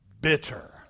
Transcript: bitter